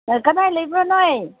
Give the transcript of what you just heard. ꯀꯗꯥꯏ ꯂꯩꯕ꯭ꯔꯣ ꯅꯣꯏ